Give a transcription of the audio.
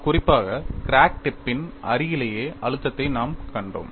குறிப்பாக crack tip பின் அருகிலேயே அழுத்தத்தை நாம் கண்டோம்